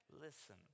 Listen